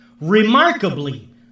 remarkably